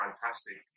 fantastic